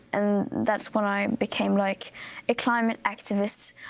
and that's when i became like a climate activist.